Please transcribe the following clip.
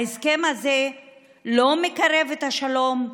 ההסכם הזה לא מקרב את השלום,